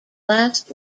last